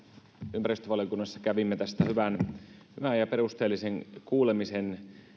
ympäristövaliokunnassa kävimme tästä hyvän ja perusteellisen kuulemisen